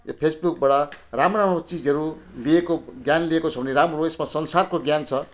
यो फेसबुकबाट राम्रो राम्रो चिजहरू लिएको ज्ञान लिएको छौँ भने राम्रो हो यसमा संसारको ज्ञान छ